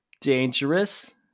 dangerous